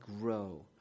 grow